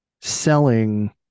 selling